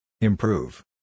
Improve